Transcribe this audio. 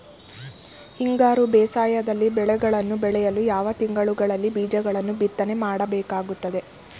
ಹಿಂಗಾರು ಬೇಸಾಯದಲ್ಲಿ ಬೆಳೆಗಳನ್ನು ಬೆಳೆಯಲು ಯಾವ ತಿಂಗಳುಗಳಲ್ಲಿ ಬೀಜಗಳನ್ನು ಬಿತ್ತನೆ ಮಾಡಬೇಕಾಗುತ್ತದೆ?